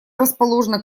расположена